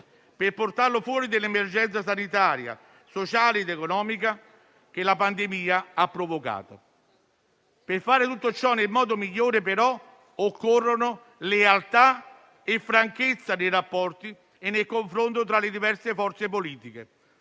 per portarlo fuori dall'emergenza sanitaria, sociale ed economica che la pandemia ha provocato. Per fare tutto ciò nel modo migliore, però, occorrono lealtà e franchezza nei rapporti e nel confronto tra le diverse forze politiche,